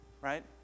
right